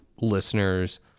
listeners